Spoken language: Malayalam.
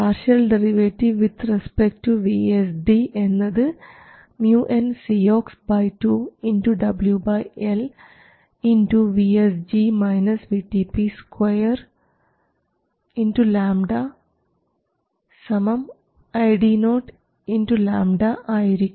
partial derivative with respect to VSD എന്നത് µnCox2 W L2 λ ID0 λ ആയിരിക്കും